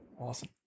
awesome